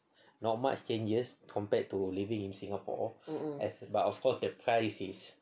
not much changes compared to living in singapore as but of course the price is